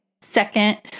Second